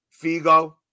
Figo